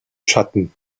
schatten